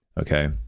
Okay